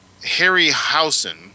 Harryhausen